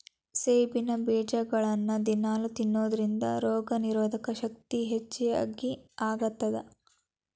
ಸೆಣಬಿನ ಬೇಜಗಳನ್ನ ದಿನಾಲೂ ತಿನ್ನೋದರಿಂದ ರೋಗನಿರೋಧಕ ಶಕ್ತಿ ಹೆಚ್ಚಗಿ ಆಗತ್ತದ